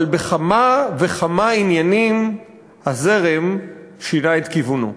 אבל בכמה וכמה עניינים הזרם שינה את כיוונו,